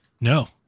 no